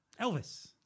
Elvis